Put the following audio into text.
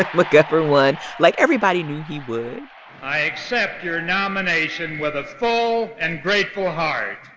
mcgovern won, like everybody knew he would i accept your nomination with a full and grateful heart